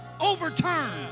overturned